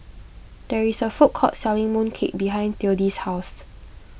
there is a food court selling mooncake behind theodis' house